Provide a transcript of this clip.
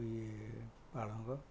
ଆଉ ଇଏ ପାଳଙ୍ଗ